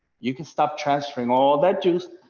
you can stop transferring all that juice.